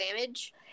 damage